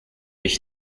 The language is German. ich